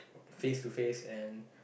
face to face and